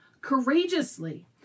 Courageously